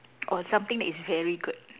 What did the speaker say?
or something is very good